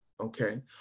Okay